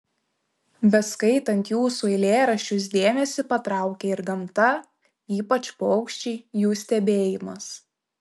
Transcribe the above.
beskaitant jūsų eilėraščius dėmesį patraukia ir gamta ypač paukščiai jų stebėjimas